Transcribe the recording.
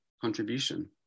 contribution